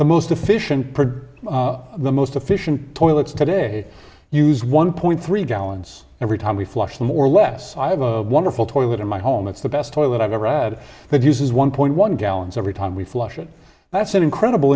the most efficient the most efficient toilets today use one point three gallons every time we flush more or less i have a wonderful toilet in my home that's the best toilet i've ever had that uses one point one gallons every time we flush it that's an incredible